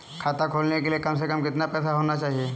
खाता खोलने के लिए कम से कम कितना पैसा होना चाहिए?